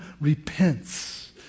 repents